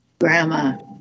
grandma